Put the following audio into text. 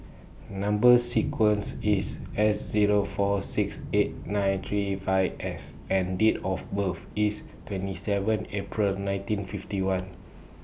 Number sequence IS S Zero four six eight nine three five S and Date of birth IS twenty seven April nineteen fifty one